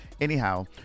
anyhow